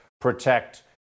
protect